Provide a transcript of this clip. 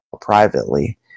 privately